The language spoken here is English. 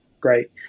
great